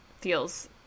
feels